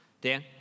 Dan